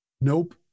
nope